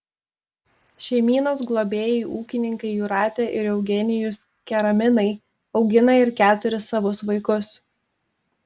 šeimynos globėjai ūkininkai jūratė ir eugenijus keraminai augina ir keturis savus vaikus